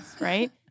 Right